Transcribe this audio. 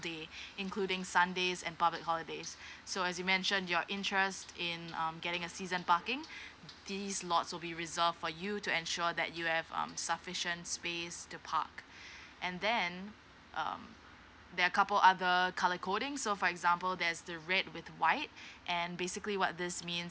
they including sundays and public holidays so as you mention your interest in um getting a season parking this lot will be reserved for you to ensure that you have um sufficient space to park and then um there are couple other colour codings so for example there's the red with white and basically what this means